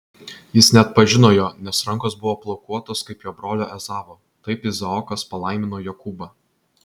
jis neatpažino jo nes rankos buvo plaukuotos kaip jo brolio ezavo taip izaokas palaimino jokūbą